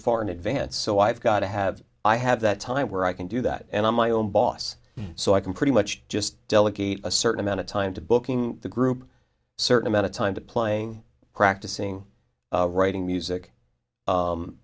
far in advance so i've got to have i have that time where i can do that and i'm my own boss so i can pretty much just delegate a certain amount of time to booking the group certain amount of time to playing practicing writing music